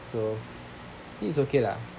so think is okay lah